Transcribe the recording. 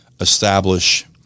establish